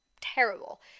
Terrible